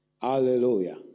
Hallelujah